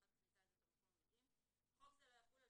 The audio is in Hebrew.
ואחר כך נמצא לזה את המקום המתאים: "חוק זה לא יחול על